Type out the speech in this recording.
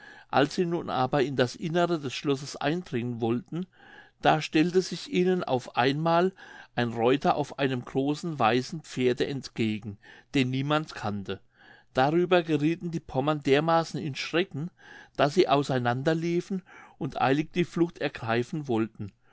als sie nun aber in das innere des schlosses eindringen wollten da stellte sich ihnen auf einmal ein reuter auf einem großen weißen pferde entgegen den niemand kannte darüber geriethen die pommern dermaßen in schrecken daß sie aus einander liefen und eilig die flucht ergreifen wollten